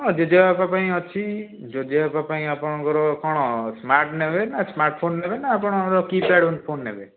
ହଁ ଜେଜେବାପା ପାଇଁ ଅଛି ଜେଜେବାପା ପାଇଁ ଆପଣଙ୍କର କଣ ସ୍ମାର୍ଟ୍ ନେବେ ନା ସ୍ମାର୍ଟ୍ ଫୋନ୍ ନେବେନା ଆପଣଙ୍କର କୀ ପ୍ୟାଡ଼୍ ଫୋନ୍ ନେବେ